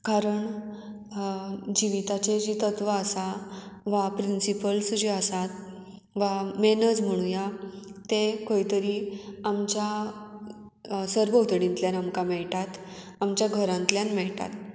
कारण जिविताचें जीं तत्वां आसा वा प्रिंसिपल्स जे आसात वा मॅनर्स म्हणुया ते खंय तरी आमच्या सरभोवतणींतल्यान आमकां मेळटात आमच्या घरांतल्यान मेळटात